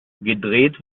gedreht